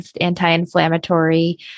anti-inflammatory